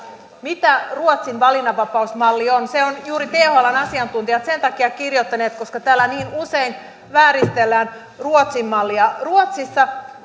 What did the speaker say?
mitä ruotsin valinnanvapausmalli on sen ovat thln asiantuntijat juuri sen takia kirjoittaneet koska täällä niin usein vääristellään ruotsin mallia ruotsissa